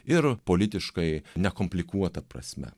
ir politiškai nekomplikuota prasme